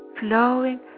flowing